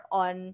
on